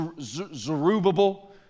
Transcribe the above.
Zerubbabel